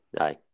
Aye